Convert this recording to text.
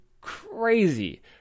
crazy